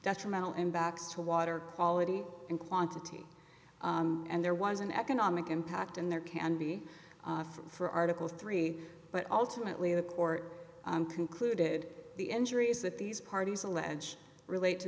detrimental in backs to water quality and quantity and there was an economic impact and there can be for article three but ultimately the court concluded the injuries that these parties allege relate to